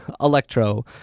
Electro